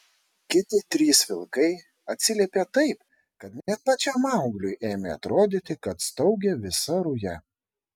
kiti trys vilkai atsiliepė taip kad net pačiam maugliui ėmė atrodyti kad staugia visa ruja